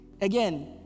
again